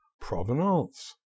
provenance